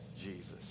Jesus